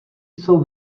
jsou